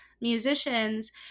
musicians